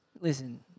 listen